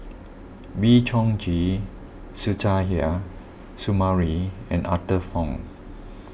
Wee Chong Jin Suzairhe Sumari and Arthur Fong